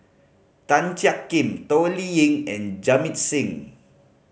Tan Jiak Kim Toh Liying and Jamit Singh